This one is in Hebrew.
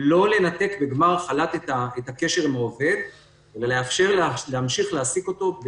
לא לנתק בגמר החל"ת את הקשר עם העובד ולאפשר להמשיך להעסיק אותו,